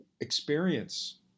experience